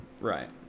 Right